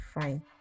fine